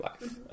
life